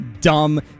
dumb